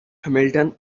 hamilton